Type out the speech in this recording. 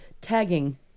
tagging